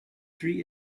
tree